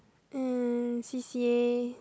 and C_C_A